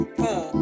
four